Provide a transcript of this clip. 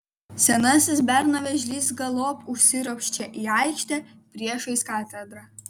senasis berno vėžlys galop užsiropščia į aikštę priešais katedrą